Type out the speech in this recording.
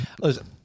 listen